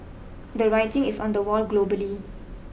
the writing is on the wall globally